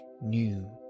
new